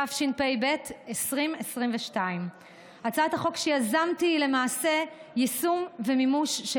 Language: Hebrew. התשפ"ב 2022. הצעת חוק שיזמתי היא למעשה יישום ומימוש של